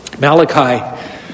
Malachi